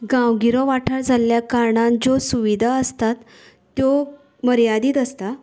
गांवगिरो वाठार जाल्ल्या कारणान ज्यो सुविधा आसतात त्यो मर्यादीत आसतात